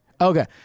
Okay